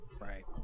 Right